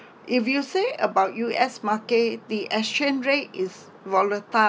if you say about U_S market the exchange rate is volatile